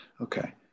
Okay